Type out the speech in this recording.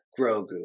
Grogu